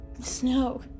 snow